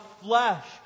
flesh